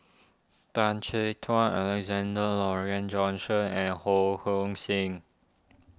Tan Chin Tuan Alexander Laurie and Johnston and Ho Hong Sing